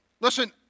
Listen